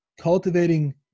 cultivating